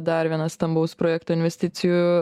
dar vienas stambaus projekto investicijų